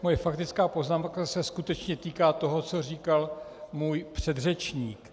Moje faktická poznámka se skutečně týká toho, co říkal můj předřečník.